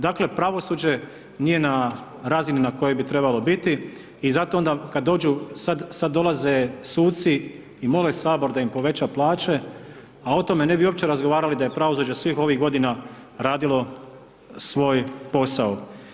Dakle, pravosuđe nije na razini na kojoj bi trebalo biti i zato onda kad dođu, sad dolaze suci i mole sabor da im poveća plaće, a o tome ne bi opće razgovarali da je pravosuđe svih ovih godina radilo svoj posao.